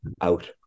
out